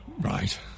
right